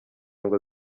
ngo